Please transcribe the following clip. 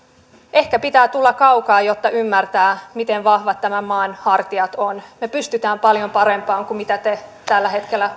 ehkä pitää tulla kaukaa jotta ymmärtää miten vahvat tämän maan hartiat ovat me pystymme paljon parempaan kuin mitä te tällä hetkellä